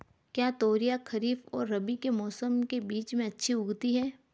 क्या तोरियां खरीफ और रबी के मौसम के बीच में अच्छी उगती हैं?